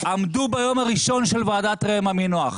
עמדו ביום הראשון של ועדת ראם עמינח,